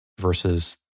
versus